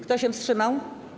Kto się wstrzymał?